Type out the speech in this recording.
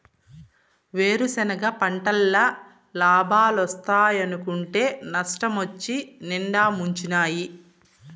వేరుసెనగ పంటల్ల లాబాలోస్తాయనుకుంటే నష్టమొచ్చి నిండా ముంచినాయి